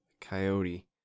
Coyote